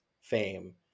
fame